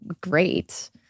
great